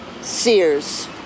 Sears